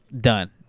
done